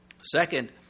Second